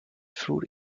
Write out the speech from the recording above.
fruit